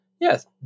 yes